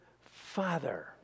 father